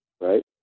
right